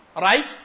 Right